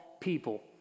people